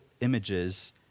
images